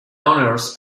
owners